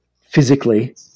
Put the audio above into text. physically